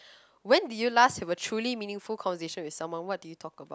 when did you last have a truly meaningful conversation with someone what did you talk about